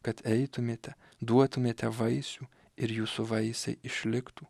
kad eitumėte duotumėte vaisių ir jūsų vaisiai išliktų